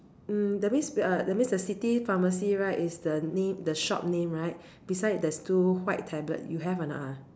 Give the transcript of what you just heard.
mm that means uh that means the city pharmacy right is the name the shop name right beside there's two white tablet you have or not ah